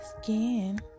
skin